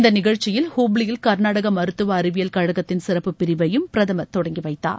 இந்த நிகழ்ச்சியில் ஹூப்ளியில் கள்நாடகா மருத்துவ அறிவியல் கழகத்தின் சிறப்பு பிரிவையும் பிரதமர் தொடங்கி வைத்தார்